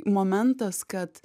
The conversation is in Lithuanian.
momentas kad